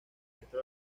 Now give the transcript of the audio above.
resto